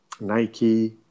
Nike